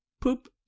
poop